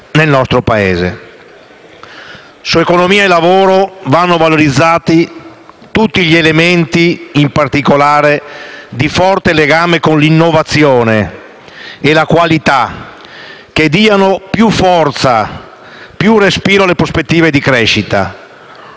Su economia e lavoro vanno valorizzati tutti gli elementi, in particolare quelli di forte legame con l'innovazione e la qualità, che diano più forza e più respiro alle prospettive di crescita.